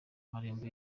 marembo